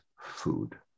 food